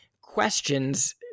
questions